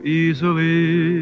easily